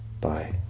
bye